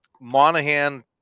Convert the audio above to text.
Monahan